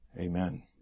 Amen